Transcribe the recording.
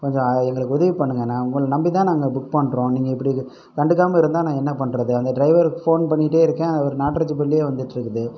கொஞ்சம் எங்களுக்கு உதவி பண்ணுங்கள் நான் உங்களை நம்பிதான் நாங்கள்புக் பண்ணுறோம் நீங்கள் இப்படி கண்டுக்காமல் இருந்தால் நான் என்ன பண்ணுறது அந்த ட்ரைவருக்கு ஃபோன் பண்ணிகிட்டே இருக்கேன் அவர் நாட் ரீச்சபில்லையே வந்துட்டு இருக்குது